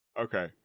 Okay